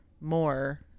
more